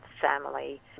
family